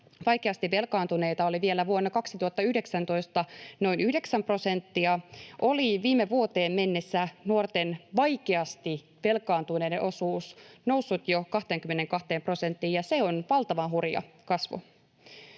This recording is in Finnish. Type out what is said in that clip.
vaikeasti velkaantuneita oli vielä vuonna 2019 noin 9 prosenttia, oli viime vuoteen mennessä nuorten vaikeasti velkaantuneiden osuus noussut jo 22 prosenttiin, ja se on valtavan hurja kasvu.